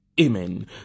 Amen